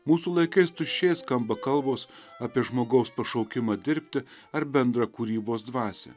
mūsų laikais tuščiai skamba kalbos apie žmogaus pašaukimą dirbti ar bendrą kūrybos dvasią